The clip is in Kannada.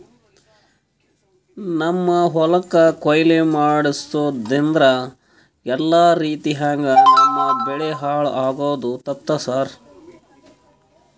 ನಮ್ಮ್ ಹೊಲಕ್ ಕೊಯ್ಲಿ ಮಾಡಸೂದ್ದ್ರಿಂದ ಎಲ್ಲಾ ರೀತಿಯಂಗ್ ನಮ್ ಬೆಳಿ ಹಾಳ್ ಆಗದು ತಪ್ಪಸ್ತಾರ್